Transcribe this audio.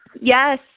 Yes